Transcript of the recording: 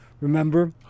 Remember